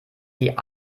die